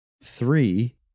three